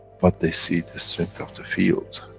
but they see the strength of the fields,